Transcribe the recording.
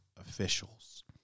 officials